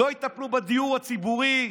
לא יטפלו בדיור הציבורי,